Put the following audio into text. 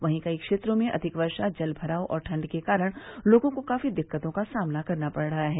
वहीं कई क्षेत्रों में अधिक वर्षा जल भराव और ठंड के कारण लोगों को काफी दिक्कतों का सामना करना पड़ रहा है